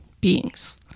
beings